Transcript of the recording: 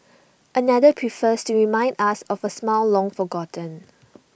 another prefers to remind us of A simile long forgotten